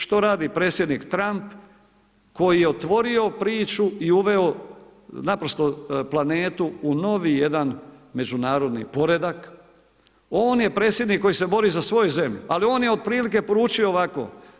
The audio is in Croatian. Što radi predsjednik Trump koji je otvorio priču i uveo, naprosto planetu u novi jedan međunarodni poredak, on je predsjednik koji se bori za svoju zemlju ali on je otprilike poručio ovako.